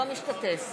לא משתתף